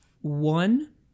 One